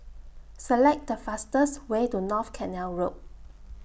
Select The fastest Way to North Canal Road